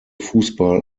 fußball